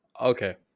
Okay